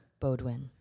Bodwin